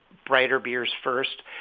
brighter beers first.